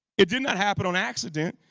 it did not happen on accident,